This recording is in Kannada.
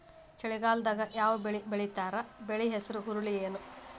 ಚಳಿಗಾಲದಾಗ್ ಯಾವ್ ಬೆಳಿ ಬೆಳಿತಾರ, ಬೆಳಿ ಹೆಸರು ಹುರುಳಿ ಏನ್?